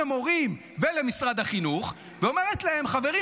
המורים ולמשרד החינוך ואומרת להם: חברים,